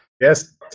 Yes